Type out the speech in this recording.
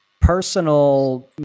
personal